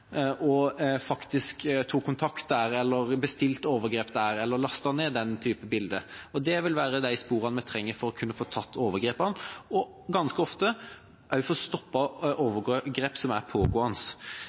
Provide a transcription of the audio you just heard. og faktisk tok kontakt der, eller bestilte overgrep der, eller lastet ned den slags bilder. Det vil være de sporene som vi trenger for å kunne få tatt overgriperne, og ganske ofte også få